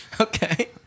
Okay